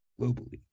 globally